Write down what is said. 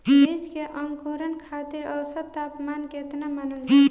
बीज के अंकुरण खातिर औसत तापमान केतना मानल जाला?